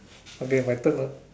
okay my turn ah